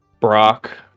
Brock